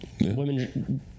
women